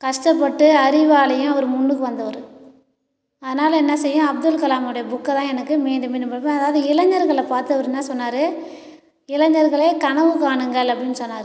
கஷ்டப்பட்டு அறிவாலையும் அவர் முன்னுக்கு வந்தவர் அதனால் என்ன செய்ய அப்துல்கலாமுடைய புக்கைதான் எனக்கு மீண்டும் மீண்டும் படிப்பேன் அதாவது இளைஞர்களை பார்த்து அவர் என்ன சொன்னார் இளைஞர்களே கனவு காணுங்கள் அப்படினு சொன்னார்